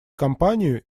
компанию